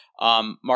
Mark